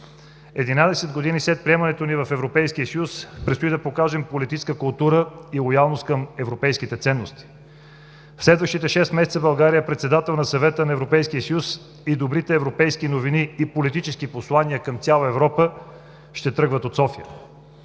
години след приемането ни в Европейския съюз предстои да покажем политическа култура и лоялност към европейските ценности. В следващите шест месеца България е председател на Съвета на Европейския съюз и добрите европейски новини и политически послания към цяла Европа ще тръгват от София.